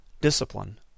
discipline